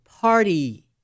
party